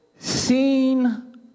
Seen